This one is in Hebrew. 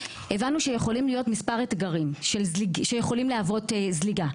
הבנו שיכולים להיות מספר אתגרים שיכולים להוות זליגה.